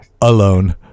alone